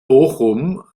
bochum